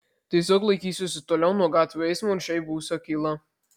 tiesiog laikysiuosi toliau nuo gatvių eismo ir šiaip būsiu akyla